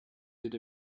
did